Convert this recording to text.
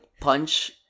punch